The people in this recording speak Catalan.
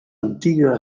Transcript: antiga